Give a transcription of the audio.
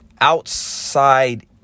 outside